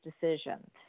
decision